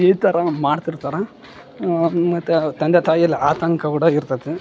ಈ ಥರ ಮಾಡ್ತಿರ್ತರ ಮತ್ತು ತಂದೆ ತಾಯಲ್ಲಿ ಆತಂಕ ಕೂಡ ಇರ್ತತೆ